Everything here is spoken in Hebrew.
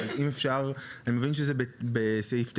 אני מבין שזה בסעיף 9.3,